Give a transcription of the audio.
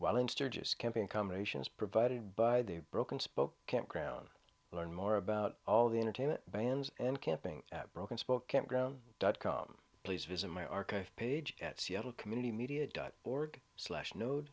while in sturgis camping combinations provided by the broken spoke campground learn more about all the entertainment bans and camping at broken spoke campground dot com please visit my archive page at seattle community media dot org slash no